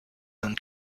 and